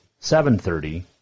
7.30